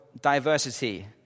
diversity